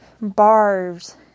Bars